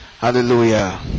hallelujah